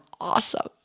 awesome